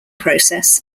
process